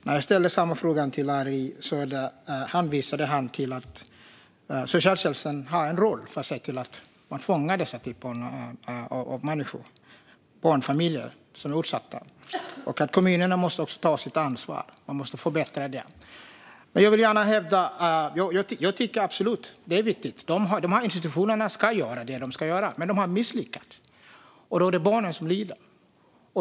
När jag ställde samma fråga till Larry Söder hänvisade han till att socialtjänsten har en roll att fånga dessa människor, dessa utsatta barnfamiljer, och att kommunerna också måste bli bättre på att ta sitt ansvar. Jag tycker absolut att det är viktigt. De här institutionerna ska göra det de ska. Men de har misslyckats, och då är det barnen som lider.